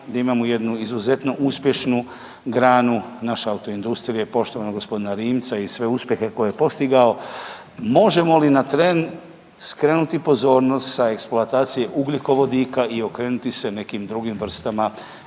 da imamo jednu izuzetno uspješnu granu naše autoindustrije, poštovanog g. Rimca i sve uspjehe koje je postigao. Možemo li na tren skrenuti pozornost sa eksploatacije ugljikovodika i okrenuti se nekim drugim vrstama